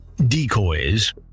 Decoys